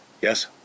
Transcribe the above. Yes